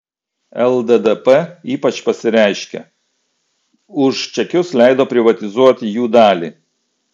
lddp ypač pasireiškė už čekius leido privatizuoti jų dalį